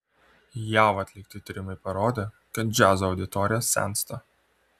jav atlikti tyrimai parodė kad džiazo auditorija sensta